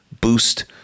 boost